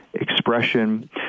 expression